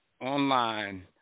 online